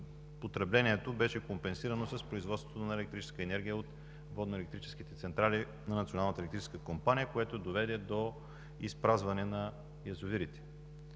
потреблението беше компенсирано с производството на електрическа енергия от водноелектрическите централи на Националната електрическа компания, което доведе до изпразване на язовирите.